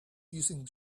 using